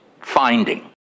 finding